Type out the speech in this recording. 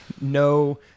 No